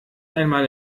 einmal